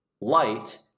light